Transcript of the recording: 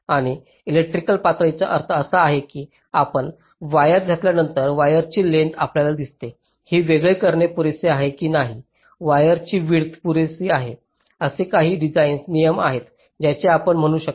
आणि इलेक्ट्रिकल पडताळणीचा अर्थ असा आहे की आपण तारा घातल्यानंतर वायरची लेंग्थस आपल्याला दिसते की वेगळे करणे पुरेसे आहे की नाही वायरची विड्थ पुरेसे आहे असे काही डिझाइन नियम आहेत ज्यांचे आपण म्हणू शकता